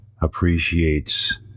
appreciates